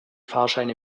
fahrscheine